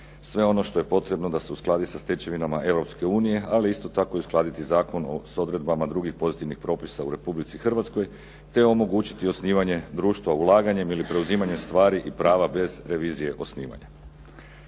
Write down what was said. sve ono što je potrebno da se uskladi sa stečevinama EU, ali isto tako i uskladiti zakon s odredbama drugih pozitivnih propisa u Republici Hrvatskoj te omogućiti osnivanje društva ulaganjem ili preuzimanjem stvari i prava bez revizije osnivanja.